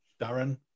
Darren